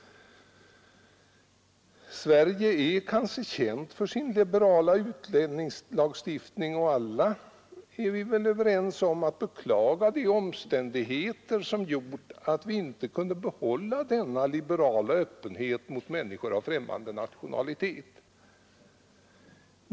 Sverige är kanske känt för sin liberala utlänningslagstiftning, och alla är vi väl överens om att beklaga de omständigheter som gjort att vi inte kunnat behålla denna liberala öppenhet mot människor av främmande nationalitet.